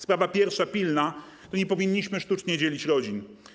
Sprawa pierwsza, pilna: nie powinniśmy sztucznie dzielić rodzin.